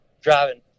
driving